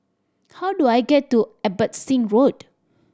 how do I get to Abbotsingh Road